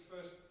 first